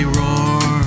roar